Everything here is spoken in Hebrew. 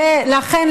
ולכן,